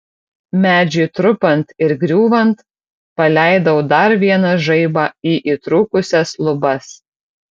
medžiui trupant ir griūvant paleidau dar vieną žaibą į įtrūkusias lubas